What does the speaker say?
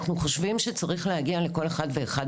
אנחנו חושבים שצריך להגיע לכל אחד ואחד